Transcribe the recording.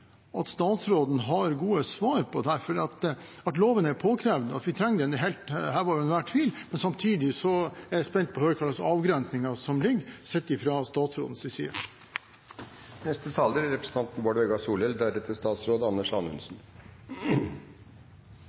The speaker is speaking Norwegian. statsråden har gode svar på dette her. At loven er påkrevd, og at vi trenger den, er hevet over enhver tvil, men samtidig er jeg spent på å høre hva slags avgrensninger som ligger, sett fra statsrådens side. Lat meg først seie at vi frå SV si side